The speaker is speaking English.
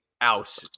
out